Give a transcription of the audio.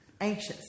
Anxious